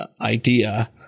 idea